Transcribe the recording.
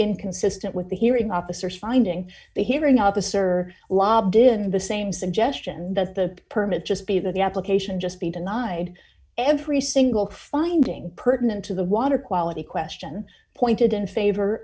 inconsistent with the hearing officer finding the hearing officer lobbed in the same suggestion that the permit just be the application just be denied every single finding pertinent to the water quality question pointed in favor